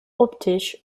optisch